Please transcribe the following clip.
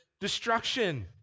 destruction